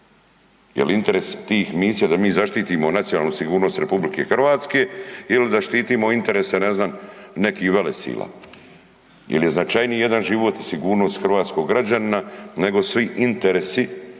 Jel interes tih misija da mi zaštitimo nacionalnu sigurnost RH ili da štitimo interese, ne znam, nekih velesila? Je li značajniji jedan život i sigurnost hrvatskog građanina nego svi interesi